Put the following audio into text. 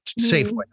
safeway